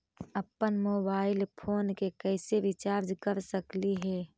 अप्पन mobile phone के कैसे रिचार्ज कर सकली हे?